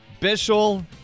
Bischel